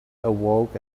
awoke